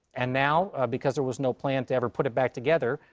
and now, because there was no plan to ever put it back together,